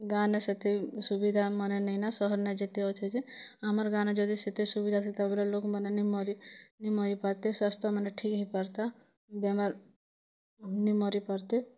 ଗାଁ'ନେ ସେଠି ସୁବିଧା ମାନେ ନେଇ ନା ସହର୍ନେ ଯେତେ ଅଛେ ଯେ ଆମର୍ ଗାଁ'ନେ ଯଦି ସେତେ ସୁବିଧା ଥିତାବେଲେ ଲୋକ୍ମାନେ ନାଇ ମରି ମରି ପାର୍ତେ ସ୍ୱାସ୍ଥ୍ୟମାନେ ଠିକ୍ ହେଇ ପାର୍ତା ବେମାର୍ ନି ମରି ପାର୍ତେ